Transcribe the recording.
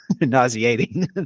nauseating